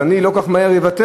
אז אני לא כל כך מהר אוותר.